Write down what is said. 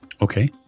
Okay